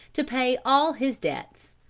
to pay all his debts.